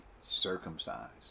circumcised